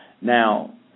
Now